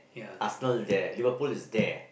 Arsenal is there Liverpool is there